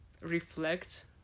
reflect